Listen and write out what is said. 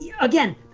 again